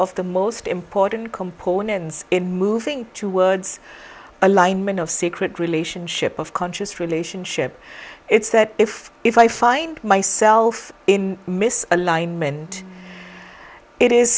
of the most important components in moving to words alignment of sacred relationship of conscious relationship it's that if if i find myself in miss alignment it is